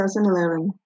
2011